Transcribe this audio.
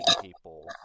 people